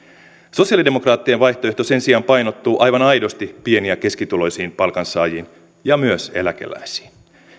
sosialidemokraattien vaihtoehto sen sijaan painottuu aivan aidosti pieni ja keskituloisiin palkansaajiin ja myös eläkeläisiin